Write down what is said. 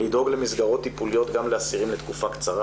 לדאוג למסגרות טיפוליות גם לאסירים לתקופה קצרה